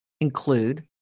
include